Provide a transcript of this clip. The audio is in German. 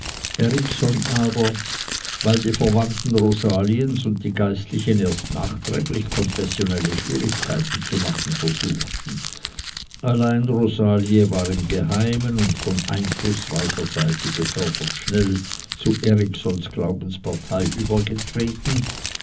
erikson aber weil die verwandten rosaliens und die geistlichen erst nachträglich konfessionelle schwierigkeiten zu machen versuchten allein rosalie war im geheimen und von einflußreicher seite gefördert schnell zu eriksons glaubenspartei übergetreten